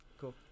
Cool